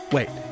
Wait